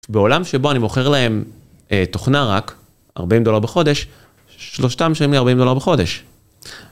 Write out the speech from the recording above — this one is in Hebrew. בעולם שבו אני מוכר להם תוכנה רק, 40$ בחודש, שלושתם משלמים לי 40$ בחודש.